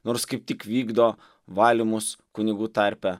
nors kaip tik vykdo valymus kunigų tarpe